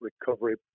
recovery